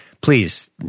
please